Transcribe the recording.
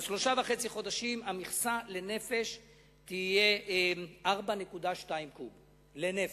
שלושה חודשים וחצי המכסה תהיה 4.2 קוב לנפש,